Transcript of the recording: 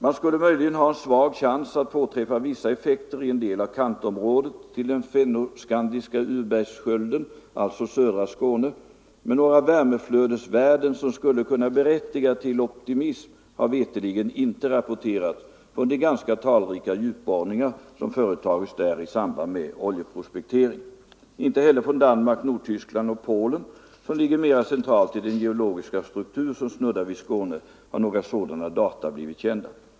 Man skulle möjligen ha en svag chans att påträffa vissa effekter i en del av kantområdet till den fennoskandiska urbergsskölden, alltså södra Skåne, men några värmeflödesvärden som skulle kunna berättiga till optimism har veterligen inte rapporterats från de ganska talrika djupborrningar som företagits där i samband med oljeprospektering. Inte heller från Danmark, Nordtyskland och Polen som ligger mera centralt i den geologiska struktur som snuddar vid Skåne har några sådana data blivit kända.